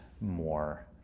more